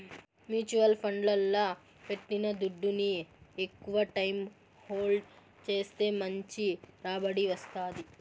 mutual ఫండ్లల్ల పెట్టిన దుడ్డుని ఎక్కవ టైం హోల్డ్ చేస్తే మంచి రాబడి వస్తాది